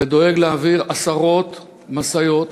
והוא דואג להעביר עשרות משאיות,